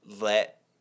let